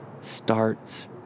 starts